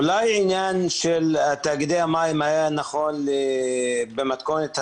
אולי העניין של תאגידי המים היה נכון במתכונת הנוכחית,